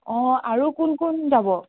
অঁ আৰু কোন কোন যাব